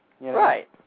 right